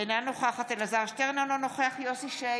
אינה נוכחת אלעזר שטרן, אינו נוכח יוסף שיין,